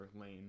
lane